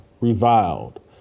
reviled